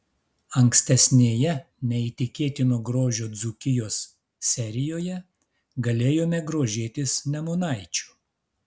ankstesnėje neįtikėtino grožio dzūkijos serijoje galėjome grožėtis nemunaičiu